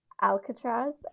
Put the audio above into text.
Alcatraz